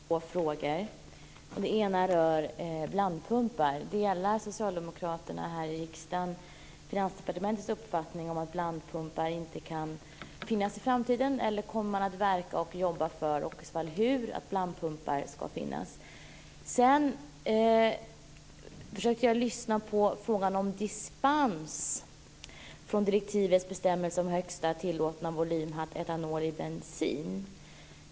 Fru talman! Jag har två frågor. Den ena rör blandpumpar. Delar socialdemokraterna här i riksdagen Finansdepartementets uppfattning att blandpumpar inte kan finnas i framtiden, eller kommer de att verka för att blandpumpar ska finnas och i så fall hur? Jag försökte lyssna på det som sades om dispens från direktivets bestämmelser om högsta tillåtna volymhalt etanol i bensin.